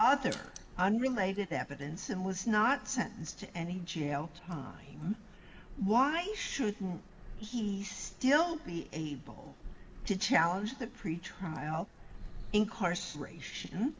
other unrelated happens and was not sentenced to any jail time why should he still be able to challenge the pretrial incarceration